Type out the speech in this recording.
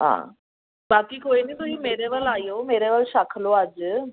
ਹਾਂ ਬਾਕੀ ਕੋਈ ਨਹੀਂ ਤੁਸੀਂ ਮੇਰੇ ਵੱਲ ਆਈਓ ਮੇਰੇ ਵੱਲ ਛਕ ਲਉ ਅੱਜ